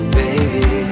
baby